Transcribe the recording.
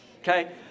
okay